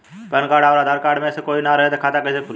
Pan card आउर Aadhaar card मे से कोई ना रहे त खाता कैसे खुली?